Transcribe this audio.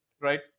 right